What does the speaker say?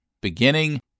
beginning